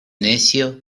necio